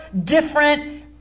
different